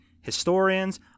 historians